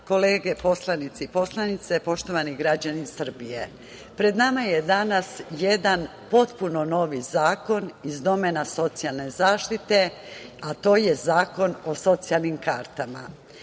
kolege poslanici i poslanice, poštovani građani Srbije, pred nama je danas jedan potpuno novi zakon iz domena socijalne zaštite, a to je Zakon o socijalnim